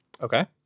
Okay